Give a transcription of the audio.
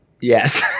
Yes